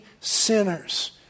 sinners